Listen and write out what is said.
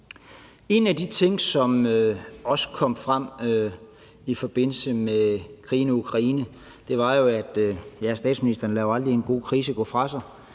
En af de ting, som også kom frem i forbindelse med krigen i Ukraine – statsministeren lader jo aldrig en god krise gå fra sig